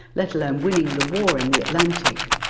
let alone winning the war in the atlantic,